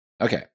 Okay